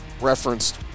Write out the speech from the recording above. referenced